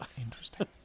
Interesting